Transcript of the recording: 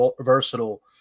versatile